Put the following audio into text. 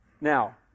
Now